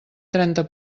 trenta